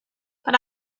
but